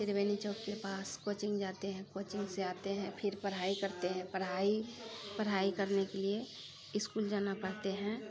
त्रिवेणी चौक के पास कोचिङ्ग जाते हैं कोचिङ्ग से आते हैं फिर पढ़ाइ करते हैं पढ़ाइ पढ़ाइ करने के लिए इसकुल जाना पड़ते हैं